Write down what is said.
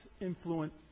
influence